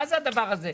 מה זה הדבר הזה?